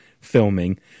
filming